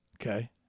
okay